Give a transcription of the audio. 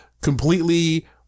completely